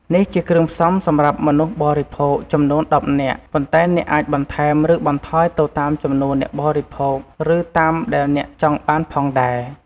នេះជាគ្រឿងផ្សំសម្រាប់មនុស្សបរិភោគចំនួន១០នាក់ ប៉ុន្តែអ្នកអាចបន្ថែមឬបន្ថយទៅតាមចំនួនអ្នកបរិភោគ ឬតាមដែលអ្នកចង់បានផងដែរ